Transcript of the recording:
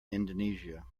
indonesia